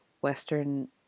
Western